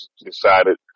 decided